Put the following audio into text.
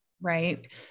right